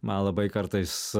man labai kartais